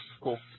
cool